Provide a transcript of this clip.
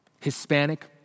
Hispanic